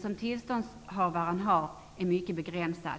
om tillståndshavarens verksamhet är mycket begränsad.